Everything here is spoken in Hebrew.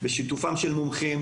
בשיתופם של מומחים,